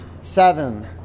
seven